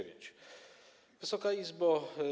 Wysoka Izbo!